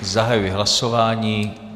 Zahajuji hlasování.